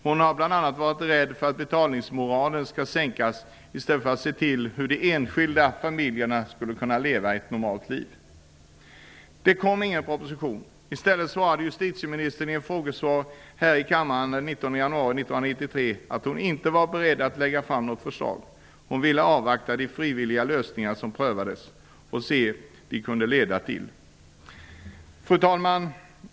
Hon har bl.a. varit rädd för att betalningsmoralen skall sänkas i stället för att se till hur de enskilda familjerna skulle kunna leva ett normalt liv. Det kom ingen proposition. I stället svarade justitieministern i ett frågesvar här i kammaren den 19 januari 1993 att hon inte var beredd att lägga fram något förslag. Hon ville avvakta de frivilliga lösningar som prövades och se vad de kunde leda till. Fru talman!